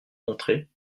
montrer